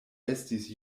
estis